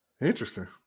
Interesting